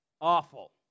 awful